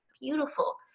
beautiful